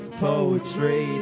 poetry